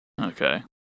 Okay